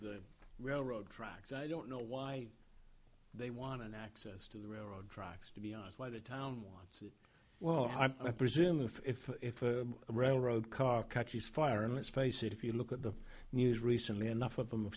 the railroad tracks i don't know why they want an access to the railroad tracks to be honest why the town wants it well i presume if a railroad car catches fire and let's face it if you look at the news recently enough of them